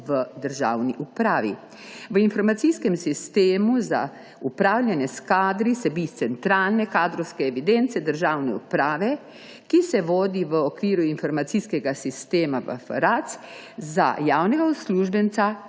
v državni upravi. V informacijskem sistemu za upravljanje s kadri bi se iz centralne kadrovske evidence državne uprave, ki se vodi v okviru informacijskega sistema MFERAC, za javnega uslužbenca